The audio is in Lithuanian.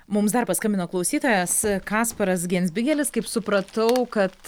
mums dar paskambino klausytojas kasparas gensbigelis kaip supratau kad